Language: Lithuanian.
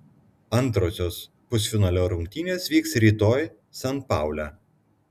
antrosios pusfinalio rungtynės vyks rytoj san paule